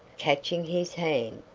catching his hand.